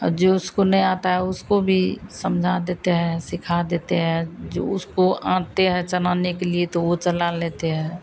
और जो उसको नहीं आता है उसको भी समझा देते हैं सिखा देते हैं जो उसको आता है चलाने के लिए तो वह चला लेता है